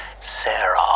Sarah